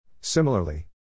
Similarly